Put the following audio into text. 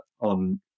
on